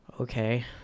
okay